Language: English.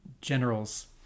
generals